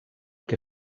que